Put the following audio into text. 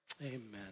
Amen